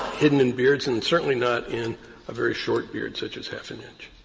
hidden in beards, and certainly not in a very short beard, such as half an inch.